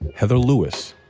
heather lewis,